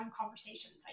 conversations